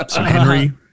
Henry